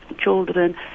children